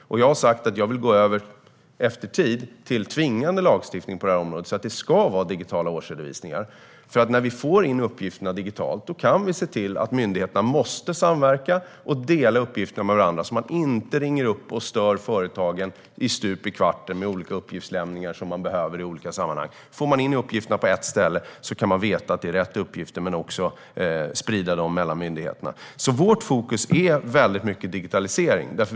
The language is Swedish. Jag har sagt att jag efter en tid vill gå över till tvingande lagstiftning på området så att det ska vara digitala årsredovisningar. När uppgifterna kommer in digitalt kan vi se till att myndigheterna måste samverka och dela uppgifter med varandra. Då behöver de inte ringa företagen stup i kvarten och störa dem med krav på att lämna uppgifter. Nu kommer uppgifterna in på ett ställe. Då vet man att det är rätt uppgifter, och de kan spridas mellan myndigheterna. Vårt fokus är digitalisering.